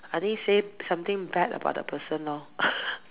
I think say something bad about the person lor